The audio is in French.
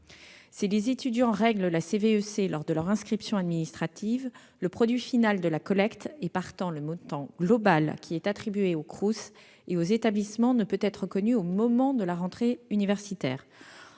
Si les étudiants règlent la CVEC lors de leur inscription administrative, le produit final de la collecte et, partant, le montant global attribué aux CROUS et aux établissements ne peuvent être connus au moment de la rentrée universitaire.